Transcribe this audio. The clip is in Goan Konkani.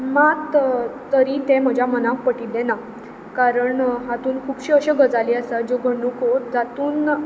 मात तरीय तें म्हज्या मनाक पटिल्लें ना कारण हातूंत खुबश्यो अश्यो गजाली आसात घडणुको जातूंत